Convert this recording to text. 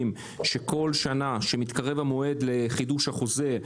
שכל שנה כשמתקרב מועד חידוש החוזה,